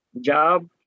job